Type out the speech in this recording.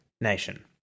Nation